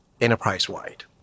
enterprise-wide